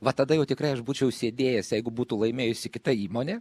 va tada jau tikrai aš būčiau sėdėjęs jeigu būtų laimėjusi kita įmonė